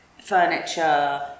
Furniture